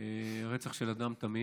רצח של אדם תמים.